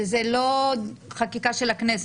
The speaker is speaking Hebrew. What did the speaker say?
שזו לא חקיקה של הכנסת.